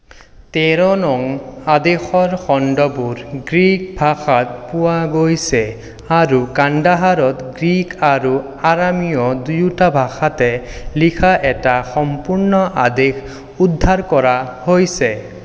তেৰ নং আদেশৰ খণ্ডবোৰ গ্ৰীক ভাষাত পোৱা গৈছে আৰু কান্দাহাৰত গ্ৰীক আৰু আৰামীয় দুয়োটা ভাষাতে লিখা এটা সম্পূৰ্ণ আদেশ উদ্ধাৰ কৰা হৈছে